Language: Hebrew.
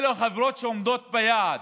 אלה החברות שעומדות ביעד.